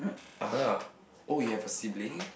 (uh huh) oh you have a sibling